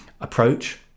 approach